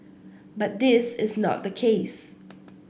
but this is not the case